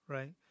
Right